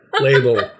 label